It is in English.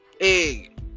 egg